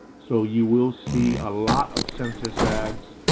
so you will see a lot of census ads.